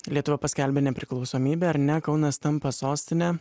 lietuva paskelbė nepriklausomybę ar ne kaunas tampa sostine